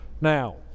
Now